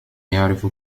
يعرف